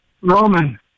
Roman